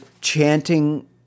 chanting